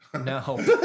No